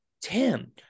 Tim